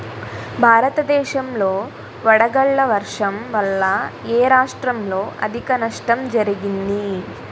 భారతదేశం లో వడగళ్ల వర్షం వల్ల ఎ రాష్ట్రంలో అధిక నష్టం జరిగింది?